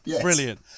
brilliant